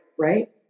right